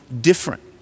different